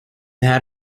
had